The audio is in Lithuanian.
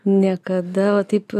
niekada taip